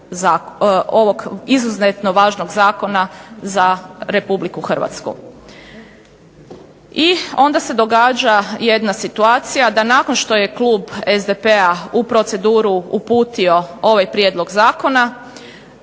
ovog izuzetno važnog zakona za Republiku Hrvatsku. I onda se događa jedna situacija, da nakon što je klub SDP-a u proceduru uputio ovaj prijedlog zakona